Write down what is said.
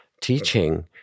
teaching